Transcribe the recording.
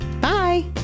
Bye